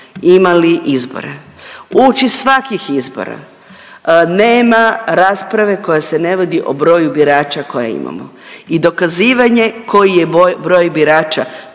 imali izbore. Uoči svakih izbora nema rasprave koja se ne vodi o broju birača koja imamo i dokazivanje koji je broj birača